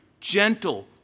gentle